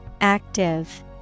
Active